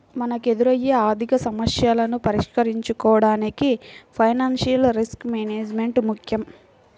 మనకెదురయ్యే ఆర్థికసమస్యలను పరిష్కరించుకోడానికి ఫైనాన్షియల్ రిస్క్ మేనేజ్మెంట్ ముక్కెం